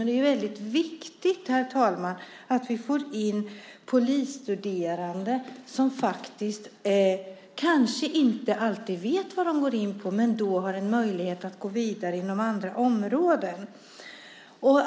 Det är väldigt viktigt om vi får in polisstuderande som kanske inte alltid vet vad de går in på att de då har en möjlighet att gå vidare inom andra områden.